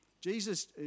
Jesus